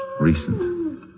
Recent